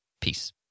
Peace